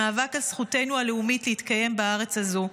למאבק על זכותנו הלאומית להתקיים בארץ הזו,